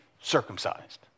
circumcised